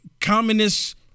communist